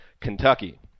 Kentucky